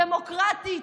דמוקרטי,